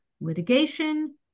litigation